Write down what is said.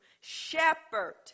shepherd